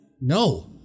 No